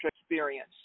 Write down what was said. experience